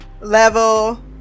level